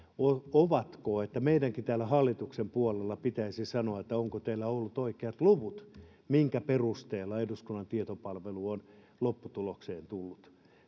ja meidänkin täällä hallituksen puolella pitäisi kysyä onko teillä ollut oikeat luvut minkä perusteella eduskunnan tietopalvelu on lopputulokseen tullut